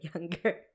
younger